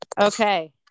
okay